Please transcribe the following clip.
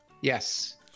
Yes